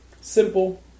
Simple